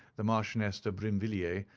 the marchioness de brinvilliers,